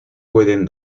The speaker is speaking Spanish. pueden